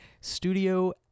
studio